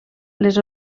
les